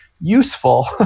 useful